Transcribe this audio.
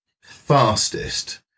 fastest